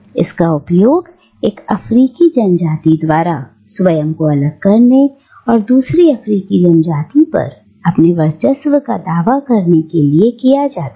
इसका उपयोग एक अफ्रीकी जनजाति द्वारा स्वयं को अलग करने और दूसरी अफ्रीकी जनजाति पर अपने वर्चस्व का दावा करने के लिए किया जाता है